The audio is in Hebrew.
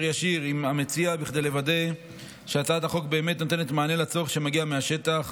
ישיר עם המציע כדי לוודא שהצעת החוק באמת נותנת מענה לצורך שמגיע מהשטח,